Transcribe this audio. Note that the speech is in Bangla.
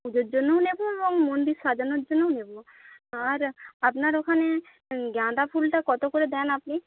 পুজোর জন্যও নেব এবং মন্দির সাজানোর জন্যও নেব আর আপনার ওখানে গাঁদা ফুলটা কত করে দেন আপনি